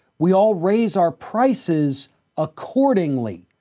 we all raise our prices accordingly.